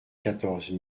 quatorze